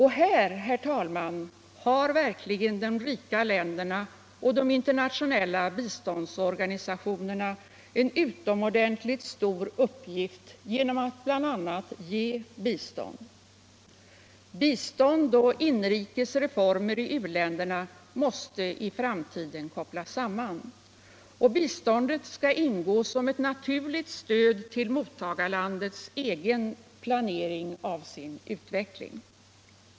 Här, herr talman, har verkligen de rika länderna och de internationella biståndsorganisationerna en utomordentligt stor uppgift genom att bl.a. ge bistånd. Bistånd och inrikes reformer i u-länderna måste i framtiden kopplas samman. Biståndet skall ingå som ett naturligt stöd till mottagarlandets egen planering av sin utveckling.